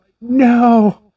no